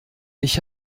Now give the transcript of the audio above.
ich